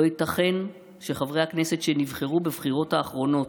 לא ייתכן שחברי הכנסת שנבחרו בבחירות האחרונות,